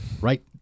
Right